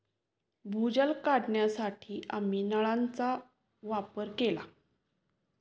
भूजल काढण्यासाठी आम्ही नळांचा वापर केला